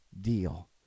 deal